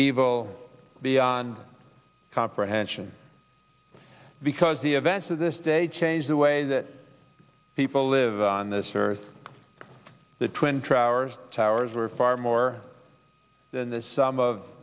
evil beyond comprehension because the events of this day changed the way that people live on this earth the twenty four hours towers were far more than the sum of